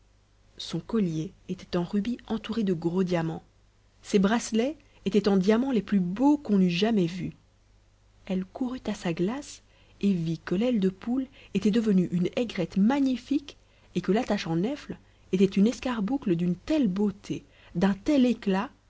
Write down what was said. son collier était en rubis entourés de gros diamants ses bracelets étaient en diamants les plus beaux qu'on eût jamais vus elle courut à sa glace et vit que l'aile de poule était devenue une aigrette magnifique et que l'attache en nèfles était une escarboucle d'une telle beauté d'un tel éclat